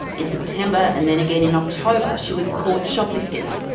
in september, and then again in october, she was caught shoplifting.